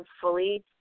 fully